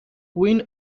queen